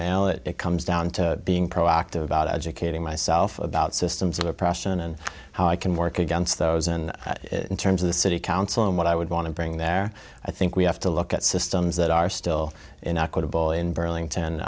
male if it comes down to being proactive about educating myself about systems of oppression and how i can work against those in terms of the city council and what i would want to bring there i think we have to look at systems that are still in equitable in